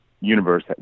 universe